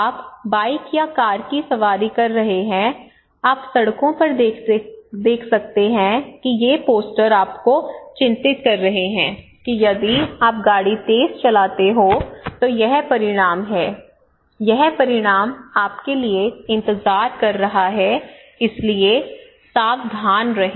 आप बाइक या कार की सवारी कर रहे हैं आप सड़कों पर देख सकते हैं कि ये पोस्टर आपको चिंतित कर रहे हैं कि यदि आप गाड़ी तेज चलाते हैं तो यह परिणाम है यह परिणाम आपके लिए इंतजार कर रहा है इसलिए सावधान रहें